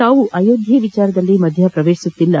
ತಾವು ಅಯೋಧ್ಯೆ ವಿಷಯದಲ್ಲಿ ಮಧ್ಯ ಪ್ರವೇಶಿಸುತ್ತಿಲ್ಲ